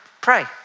pray